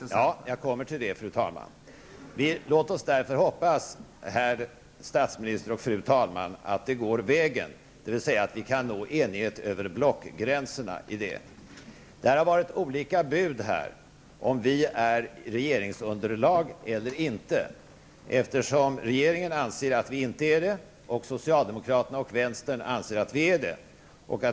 Fru talman! Jag kommer till det. Låt oss därför hoppas, herr statsminister och fru talman, att detta går vägen, dvs. att vi kan nå enighet över blockgränserna. Det har varit olika bud här om huruvida Ny Demokrati utgör regeringsunderlag eller inte. Regeringen anser att vi inte utgör det, och socialdemokraterna och vänstern anser att vi gör det.